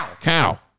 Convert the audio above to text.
Cow